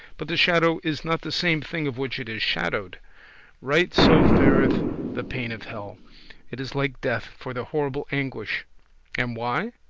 but the shadow is not the same thing of which it is shadowed right so fareth the pain of hell it is like death, for the horrible anguish and why?